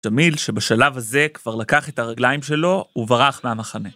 ג'מיל שבשלב הזה כבר לקח את הרגליים שלו וברח מהמחנה.